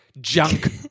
junk